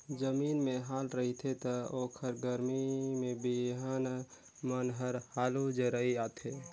जमीन में हाल रहिथे त ओखर गरमी में बिहन मन हर हालू जरई आथे